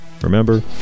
remember